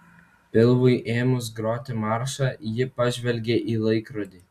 pilvui ėmus groti maršą ji pažvelgė į laikrodį